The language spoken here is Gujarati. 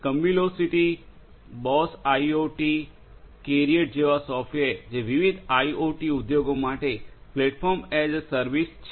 કમ્યુલોસિટી બોશ આઇઓટી કેરિયટ જેવા સોફ્ટવેર જે વિવિધ આઇઓટી ઉદ્યોગો માટે પ્લેટફોર્મ એઝ એ સર્વિસ છે